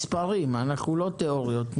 מספרים, לא תיאוריות.